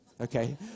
Okay